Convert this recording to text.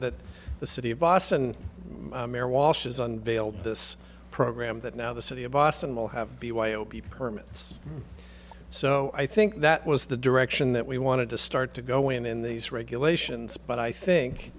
that the city of boston has unveiled this program that now the city of boston will have b y o b permits so i think that was the direction that we wanted to start to go in in these regulations but i think